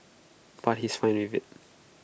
but he's fine with IT